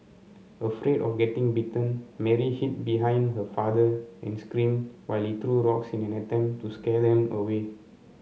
afraid of getting bitten Mary hid behind her father and screamed while he threw rocks in an attempt to scare them away